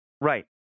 Right